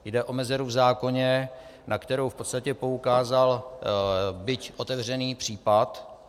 Jde o mezeru v zákoně, na kterou v podstatě poukázal byť otevřený případ.